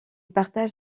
partage